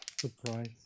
Surprise